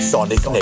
Sonic